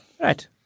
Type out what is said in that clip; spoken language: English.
Right